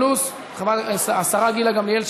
פלוס השרה גילה גמליאל,